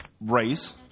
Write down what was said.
race